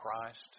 Christ